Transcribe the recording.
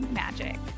magic